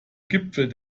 gipfel